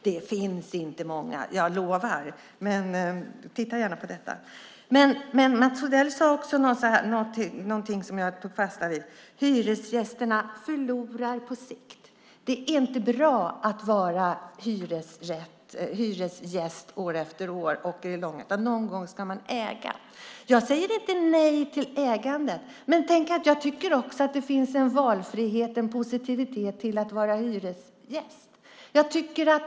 Det finns inte många - jag lovar. Titta gärna på detta. Mats Odell sade en annan sak som jag tog fasta på, nämligen att hyresgästerna förlorar på sikt. Det är inte bra att vara hyresgäst år efter år. Någon gång ska man äga. Jag säger inte nej till ägande, men tänk att jag tycker också att det är positivt med valfrihet och att vara hyresgäst.